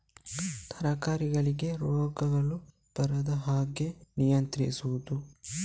ತರಕಾರಿಗಳಿಗೆ ರೋಗಗಳು ಬರದಂತೆ ಹೇಗೆ ನಿಯಂತ್ರಿಸುವುದು?